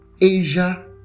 Asia